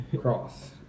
Cross